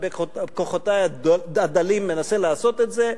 ובכוחותי הדלים מנסה לעשות את זה.